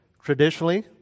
Traditionally